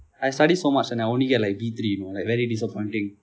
I study so much and I only get like B three you know like very disappointing